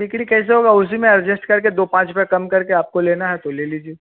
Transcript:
बिक्री कैसे होगा उसी में एडजस्ट करके दो पाँच रुपया कम करके आपको लेना है तो ले लीजिए